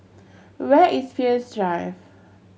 where is Peirce Drive